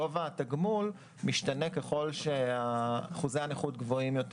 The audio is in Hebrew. גובה התגמול משתנה ככל שאחוזי הנכות גבוהים יותר.